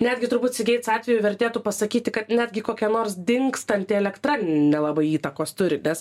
netgi turbūt cgates atveju vertėtų pasakyti kad netgi kokia nors dingstanti elektra nelabai įtakos turi nes